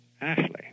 Ashley